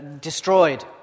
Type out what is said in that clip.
destroyed